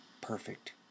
perfect